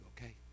okay